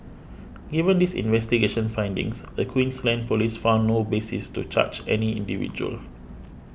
given these investigation findings the Queensland Police found no basis to charge any individual